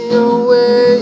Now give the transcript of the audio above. away